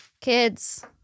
Kids